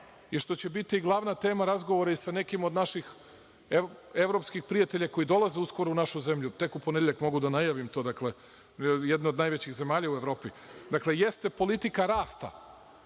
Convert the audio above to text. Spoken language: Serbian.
i što će biti glavna tema razgovara i sa nekim od naših evropskih prijatelja koji dolaze uskoro u našu zemlju, tek u ponedeljak mogu da najavim to, jedne od najvećih zemalja u Evropi, jeste politika rasta,